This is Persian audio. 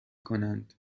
کنند